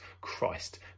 Christ